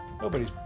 nobody's